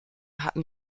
hatten